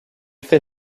fait